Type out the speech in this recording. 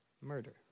murder